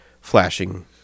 flashing